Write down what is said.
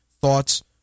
thoughts